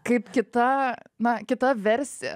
kaip kita na kita versi